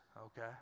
Okay